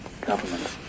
government